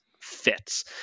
fits